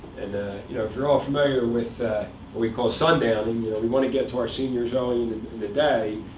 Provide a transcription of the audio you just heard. and you know if you're all familiar with what we call sun-downing, we want to get to our seniors early in the day.